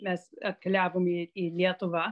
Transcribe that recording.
mes atkeliavom į į lietuvą